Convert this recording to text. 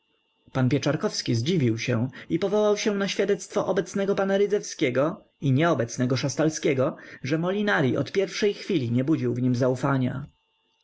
pan pieczarkowski zdziwił się i powołał się na świadectwo obecnego pana rydzewskiego i nieobecnego szastalskiego że molinari od pierwszej chwili nie budził w nim zaufania